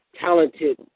talented –